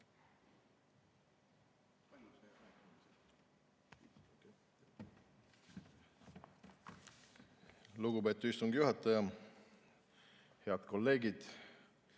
Lugupeetud istungi juhataja! Head kolleegid!